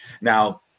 Now